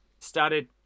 started